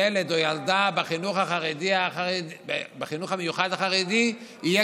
ילד או ילדה בחינוך המיוחד החרדי יהיה